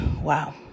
Wow